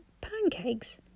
Pancakes